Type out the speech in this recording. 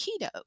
keto